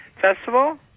Festival